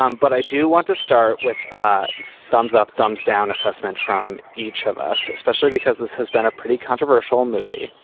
um but i do want to start with ah thumbs up thumbs down assessment from each of us especially because this has been a pretty controversial movie.